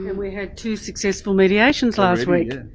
you know we had two successful mediations last week.